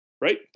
right